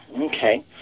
Okay